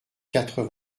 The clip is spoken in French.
quatre